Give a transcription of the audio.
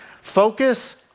Focus